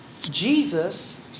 Jesus